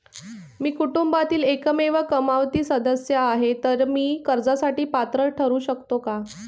मी कुटुंबातील एकमेव कमावती सदस्य आहे, तर मी कर्जासाठी पात्र ठरु शकतो का?